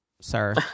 sir